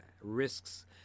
risks